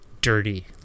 dirty